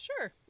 sure